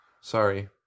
Sorry